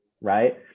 Right